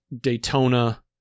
Daytona